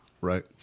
Right